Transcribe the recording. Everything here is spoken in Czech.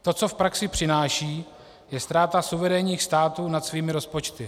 To, co v praxi přináší, je ztráta suverénních států nad svými rozpočty.